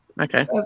okay